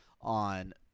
on